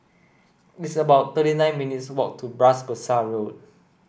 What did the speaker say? it's about thirty nine minutes' walk to Bras Basah Road